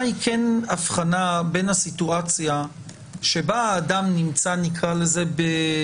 - היא כן הבחנה בין הסיטואציה בה אדם נמצא בחזקתה